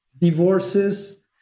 divorces